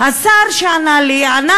השר שענה לי ענה